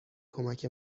کمک